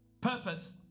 purpose